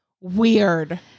weird